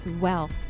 wealth